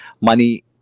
Money